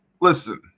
Listen